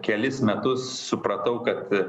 kelis metus supratau kad